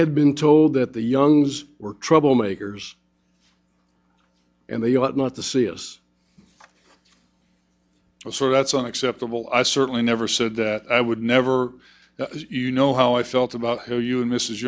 had been told that the young those were troublemakers and they ought not to see us so that's unacceptable i certainly never said that i would never you know how i felt about how you and this